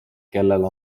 kellel